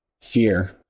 Fear